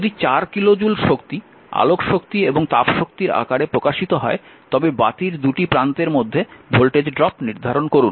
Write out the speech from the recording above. যদি 4 kilo joule শক্তি আলোক শক্তি এবং তাপ শক্তির আকারে প্রকাশিত হয় তবে বাতির দুটি প্রান্তের মধ্যে ভোল্টেজ ড্রপ নির্ধারণ করুন